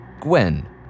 Gwen